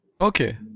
Okay